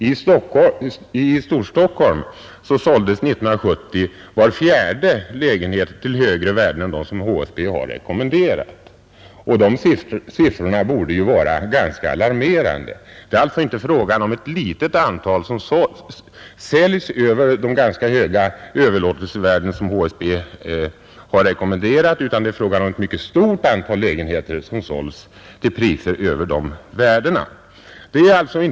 I Storstockholm såldes 1970 var fjärde lägenhet till högre värden än de av HSB rekommenderade. Dessa siffror borde ju vara ganska alarmerande. Det är alltså inte fråga om ett litet antal lägenheter som säljs till högre pris än de ganska höga överlåtelsevärden som HSB har rekommenderat, utan det är fråga om ett mycket stort antal lägenheter som sålts till priser över de rekommenderade värdena.